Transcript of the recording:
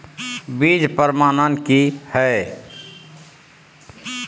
बीज प्रमाणन की हैय?